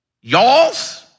Y'all's